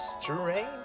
strange